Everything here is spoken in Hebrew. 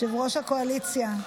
יושב-ראש הקואליציה,